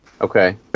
Okay